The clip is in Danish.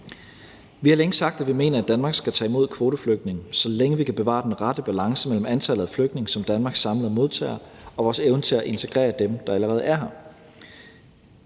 Vi har længe sagt, at vi mener, at Danmark skal tage imod kvoteflygtninge, så længe vi kan bevare den rette balance mellem antallet af flygtninge, som Danmark samlet modtager, og vores evne til at integrere dem, der allerede er her.